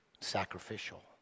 sacrificial